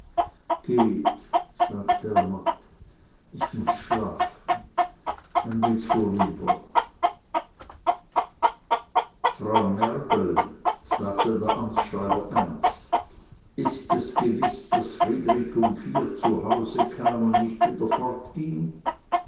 geht sagte er matt ich muß schlafen dann geht's vorüber frau mergel sagte der amtsschreiber ernst ist es gewiß daß friedrich um vier zu hause kam und nicht wieder